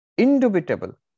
indubitable